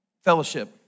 fellowship